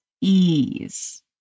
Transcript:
ease